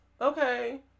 Okay